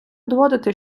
доводити